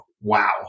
wow